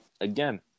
again